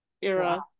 era